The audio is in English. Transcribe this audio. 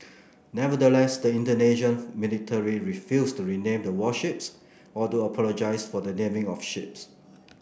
nevertheless the Indonesian military refused to rename the warships or to apologise for the naming of ships